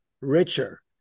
richer